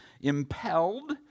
Impelled